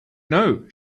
know